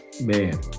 man